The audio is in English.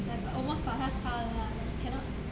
like almost 把他杀了啦 like cannot